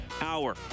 hour